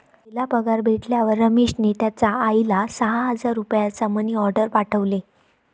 पहिला पगार भेटल्यावर रमेशने त्याचा आईला सहा हजार रुपयांचा मनी ओर्डेर पाठवले